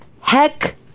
heck